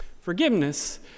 Forgiveness